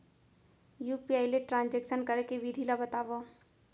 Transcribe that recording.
UPI ले transaction करे के विधि ला बतावव?